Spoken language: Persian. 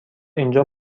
اینجا